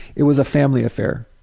it was a family affair.